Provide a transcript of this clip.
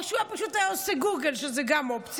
או שהוא היה פשוט עושה גוגל, זו גם אופציה.